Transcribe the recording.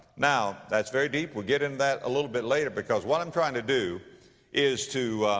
now, that's very deep. we'll get into that a little bit later. because what i'm trying to do is to,